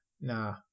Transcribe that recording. Nah